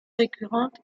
récurrente